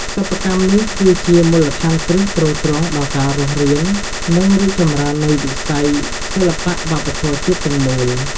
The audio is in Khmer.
សិប្បកម្មនេះគឺជាមូលដ្ឋានគ្រឹះទ្រទ្រង់ដល់ការរស់រាន និងរីកចម្រើននៃវិស័យសិល្បៈវប្បធម៌ជាតិទាំងមូល។